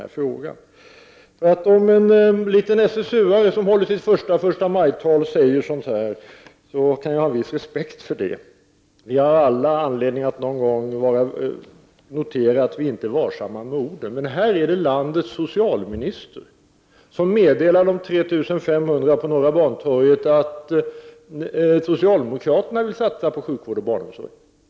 Jag kan hysa en viss förståelse för om en SSU-are i sitt förstamajtal säger sådant. Vi har alla anledning att notera att vi inte alltid är varsamma med orden. Här rör det sig om landets socialminister som meddelar de 3 500 personerna på Norra Bantorget att socialdemokraterna vill satsa på sjukvård och barnomsorg.